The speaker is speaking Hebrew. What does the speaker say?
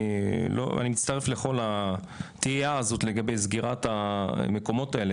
אני מצטרף לכל התהייה לגבי סגירת המקומות האלה